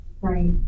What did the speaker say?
right